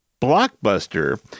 Blockbuster